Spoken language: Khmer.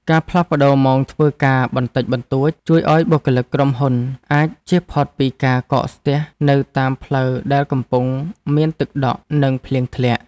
ការផ្លាស់ប្តូរម៉ោងធ្វើការបន្តិចបន្តួចជួយឱ្យបុគ្គលិកក្រុមហ៊ុនអាចជៀសផុតពីការកក់ស្ទះនៅតាមផ្លូវដែលកំពុងមានទឹកដក់ និងភ្លៀងធ្លាក់។